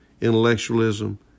intellectualism